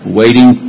waiting